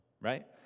right